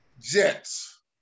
Jets